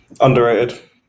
underrated